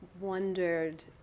wondered